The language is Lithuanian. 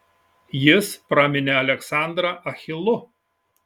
jis praminė aleksandrą achilu